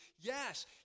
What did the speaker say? yes